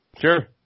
Sure